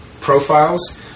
profiles